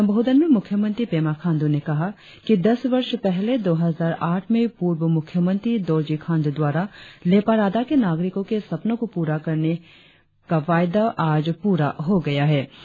अपने संबोधन में मुख्य मंत्री पेमा खांड्र ने कहा कि दस वर्ष पहले दो हजार आठ में पूर्व मुख्यमंत्री दोरजी खांडू द्वारा लेपा राडा के नागरिको के सपनों को पूरा करने वायदा आज पूरा हो गया है